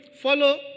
Follow